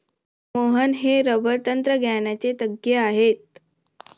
मोहन हे रबर तंत्रज्ञानाचे तज्ज्ञ आहेत